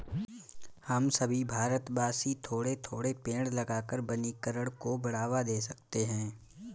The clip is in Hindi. हम सभी भारतवासी थोड़े थोड़े पेड़ लगाकर वनीकरण को बढ़ावा दे सकते हैं